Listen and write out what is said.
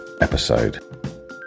episode